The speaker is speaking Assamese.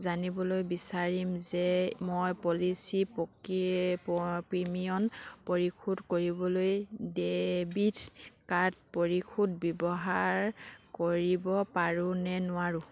জানিবলৈ বিচাৰিম যে মই পলিচী পকি প প্ৰিমিয়াম পৰিশোধ কৰিবলৈ ডেবিট কাৰ্ডৰ পৰিশোধ ব্যৱহাৰ কৰিব পাৰোনে নোৱাৰোঁ